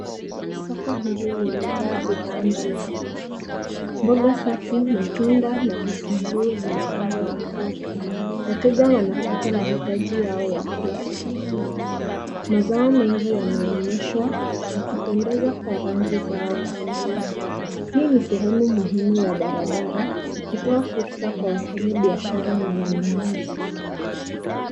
Soko hili limejaa bidhaa mbalimbali. Mboga safi, matunda na vitunguu vimepangwa vizuri. Wateja wanapata mahitaji yao ya kila siku. Mazao mengi yanaonyeshwa yakipendeza kwa rangi zao asilia. Hii ni sehemu muhimu ya barabara ikitoa fursa kwa wafanyibiashara na wanunuzi.